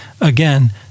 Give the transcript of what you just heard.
Again